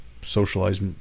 socialized